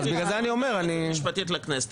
היועצת המשפטית לכנסת,